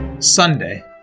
Sunday